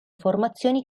formazioni